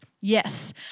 Yes